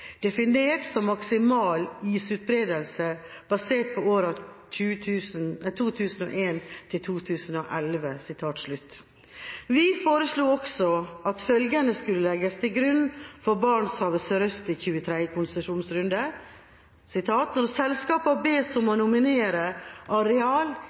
definert som maksimal isutbredelse basert på årene 2001–2011.» Vi foreslo også at følgende skulle legges til grunn for Barentshavet sørøst i 23. konsesjonsrunde: «Når selskapene bes om å nominere areal